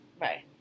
right